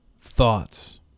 thoughts